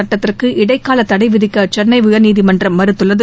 சட்டத்திற்கு இடைக்கால தடை விதிக்க சென்னை உயர்நீதிமன்றம் மறுத்துள்ளது